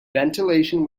ventilation